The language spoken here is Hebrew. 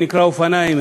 שנקרא אופניים,